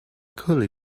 gully